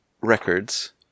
records